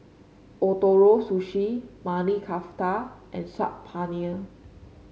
Ootoro Sushi Maili Kofta and Saag Paneer